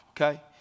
Okay